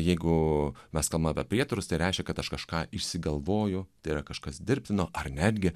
jeigu mes kalmam apie prietarus tai reiškia kad aš kažką išsigalvoju tėra kažkas dirbtino ar netgi